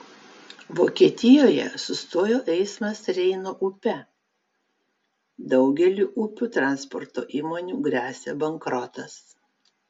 vokietijoje sustojo eismas reino upe daugeliui upių transporto įmonių gresia bankrotas